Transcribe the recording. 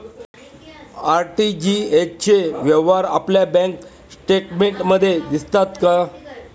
RTGS चे व्यवहार आपल्या बँक स्टेटमेंटमध्ये दिसतात का?